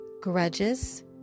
Grudges